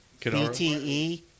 BTE